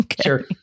Sure